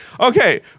Okay